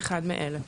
אחד מאלה: